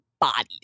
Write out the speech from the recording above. bodies